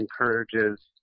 encourages